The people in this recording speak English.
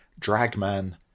Dragman